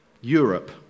Europe